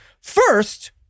first